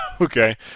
okay